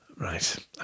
Right